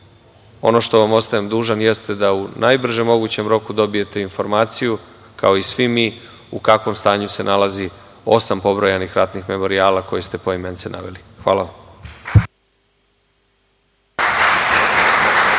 ono što vam ostajem dužan jeste da u najbržem mogućem roku dobijete informaciju, kao i svi mi, u kakvom stanju se nalazi osam pobrojanih ratnih memorijala koje ste poimence naveli. Hvala vam.